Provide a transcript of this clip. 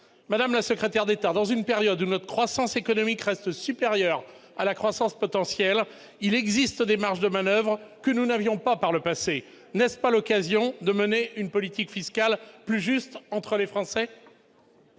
Madame la secrétaire d'État, dans une période où notre croissance économique reste supérieure à la croissance potentielle, des marges de manoeuvre existent que nous n'avions pas par le passé : n'est-ce pas l'occasion de mener une politique fiscale plus juste entre les Français ?